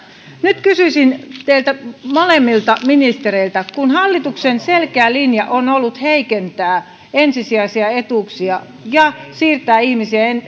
nyt kysyisin teiltä molemmilta ministereiltä kun hallituksen selkeä linja on ollut heikentää ensisijaisia etuuksia ja siirtää ihmisiä